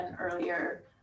earlier